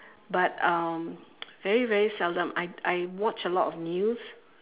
but um very very seldom I I watch a lot of news